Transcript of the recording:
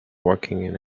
working